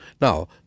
now